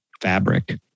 fabric